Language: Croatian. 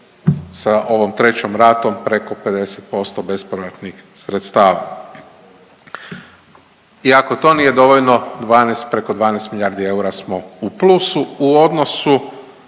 sa ovom 3 ratom preko 50% bespovratnih sredstava. I ako to nije dovoljno 12, preko 12 milijardi eura smo u plusu u odnosu